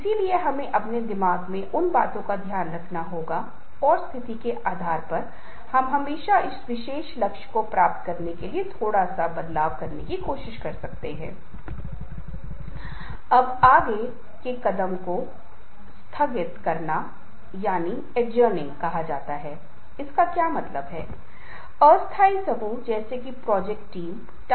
इसलिए एक नेता को लोगों के अनुयायियों के लिए ऊर्जा भरना चाहिए और निश्चित रूप से यह केवल तभी संभव है जब वह एक अच्छा संचारक हो उसे समझना चाहिए कि वह किससे बोल रहा है उस विशेष स्थिति और संदर्भ में सबसे अच्छा या अधिक प्रभावी क्या होगा